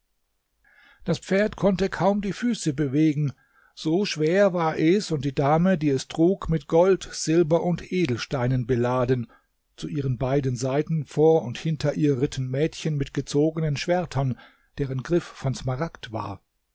das pferd konnte kaum die füße bewegen so schwer war es und die dame die es trug mit gold silber und edelsteinen beladen zu ihren beiden seiten vor und hinter ihr ritten mädchen mit gezogenen schwertern deren griff von smaragd war